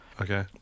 Okay